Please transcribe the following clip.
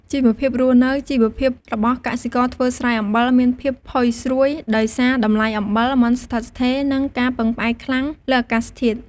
ជីវភាពរស់នៅ ជីវភាពរបស់កសិករធ្វើស្រែអំបិលមានភាពផុយស្រួយ ដោយសារតម្លៃអំបិលមិនស្ថិតស្ថេរ និងការពឹងផ្អែកខ្លាំងលើអាកាសធាតុ។